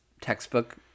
textbook